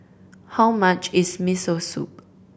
how much is Miso Soup